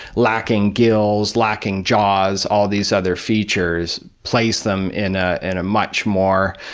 lacking gills, lacking jaws, all these other features place them in a and much more,